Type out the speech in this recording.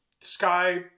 sky